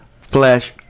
flesh